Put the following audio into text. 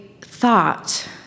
thought